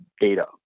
data